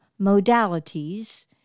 modalities